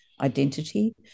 identity